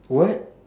what